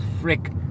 frick